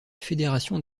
fédération